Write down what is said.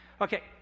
Okay